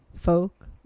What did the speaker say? Folk